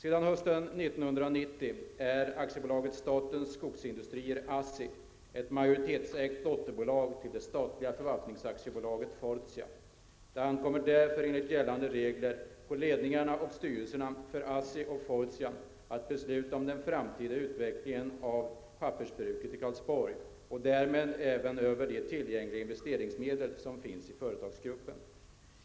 ett majoritetsägt dotterbolag till det statliga förvaltningsaktiebolaget Fortia. Det ankommer därför enligt gällande regler på ledningarna och styrelserna för ASSI och Fortia att besluta om den framtida utvecklingen av pappersbruket i Karlsborg och därmed även över tillgängliga investeringsmedel i företagsgruppen.